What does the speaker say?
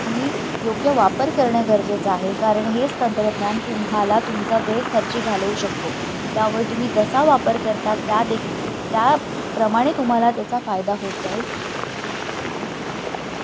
तुम्ही योग्य वापर करणं गरजेचं आहे कारण हेच तंत्रज्ञान तुम्हाला तुमचा वेळ खर्ची घालवू शकतो त्यामुळे तुम्ही जसा वापर करता त्या दे त्याप्रमाणे तुम्हाला त्याचा फायदा होत जाईल इतकंच धन्यवाद